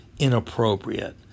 inappropriate